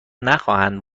نخواهند